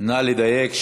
נא לדייק.